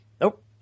Nope